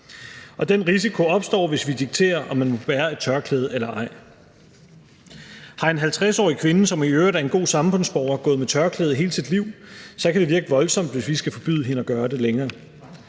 Den risiko opstår, hvis vi dikterer, om man må bære et tørklæde eller ej. Har en 50-årig kvinde, som i øvrigt er en god samfundsborger, gået med tørklæde hele sit liv, kan det virke voldsomt, hvis vi skal forbyde hende at gøre det længere.